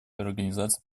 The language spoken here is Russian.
организаций